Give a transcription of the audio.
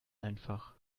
einfach